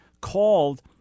Called